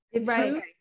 Right